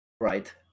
Right